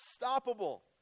unstoppable